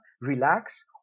relax